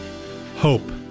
Hope